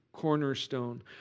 cornerstone